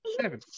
Seven